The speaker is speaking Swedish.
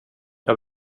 jag